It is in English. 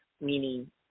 meaning